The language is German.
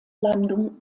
landung